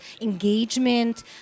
engagement